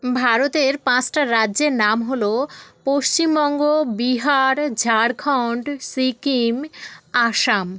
ভারতের পাঁচটা রাজ্যের নাম হলো পশ্চিমবঙ্গ বিহার ঝাড়খন্ড সিকিম আসাম